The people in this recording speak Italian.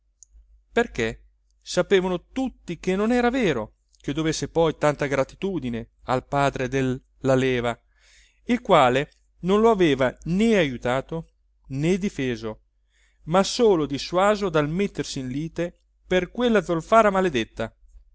perché sapevano tutti che non era vero che dovesse poi tanta gratitudine al padre del laleva il quale non lo aveva né ajutato né difeso ma solo dissuaso dal mettersi in lite per quella zolfara maledetta